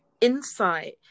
insight